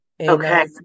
Okay